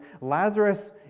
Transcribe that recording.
Lazarus